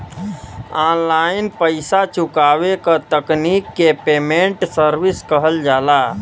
online पइसा चुकावे क तकनीक के पेमेन्ट सर्विस कहल जाला